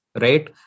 right